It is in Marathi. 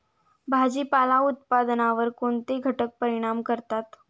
भाजीपाला उत्पादनावर कोणते घटक परिणाम करतात?